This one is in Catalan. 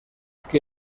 que